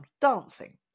dancing